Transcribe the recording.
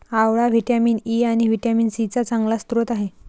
आवळा vitamin E आणि vitamin C चा चांगला स्रोत आहे